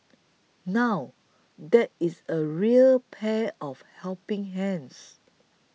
now that is a real pair of helping hands